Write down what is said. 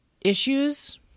issues